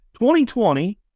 2020